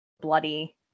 bloody